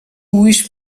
wish